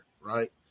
right